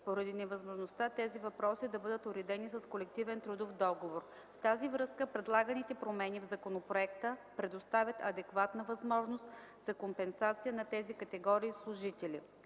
поради невъзможността тези въпроси да бъдат уредени с колективен трудов договор. В тази връзка предлаганите промени в законопроекта предоставят адекватна възможност за компенсация на тези категории служители.